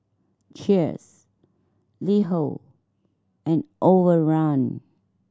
Cheers LiHo and Overrun